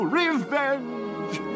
revenge